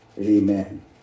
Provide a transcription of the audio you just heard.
amen